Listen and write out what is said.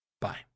bye